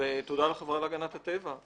ותודה לחברה להגנת הטבע,